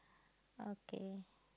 okay